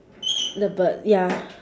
the bird ya